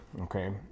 okay